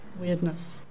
weirdness